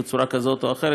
בצורה כזאת או אחרת,